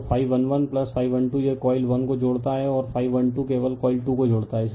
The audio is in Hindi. तो ∅ 1 1 ∅ 12 यह कॉइल 1 को जोड़ता है और ∅ 1 2 केवल कॉइल 2 को जोड़ता है